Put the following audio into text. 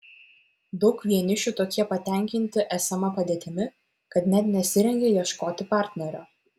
daug vienišių tokie patenkinti esama padėtimi kad net nesirengia ieškoti partnerio